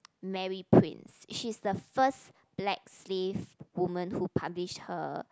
Mary Prince she's the first black slave woman who publish her